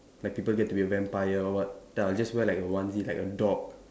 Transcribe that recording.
like people get to be a vampire or what then I'll just wear like a onesie like a dog